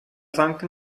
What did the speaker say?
tanke